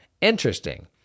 interesting